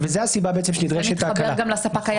וזו הסיבה שנדרשת ההקלה.